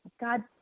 God